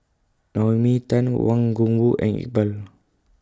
Naomi Tan Wang Gungwu and Iqbal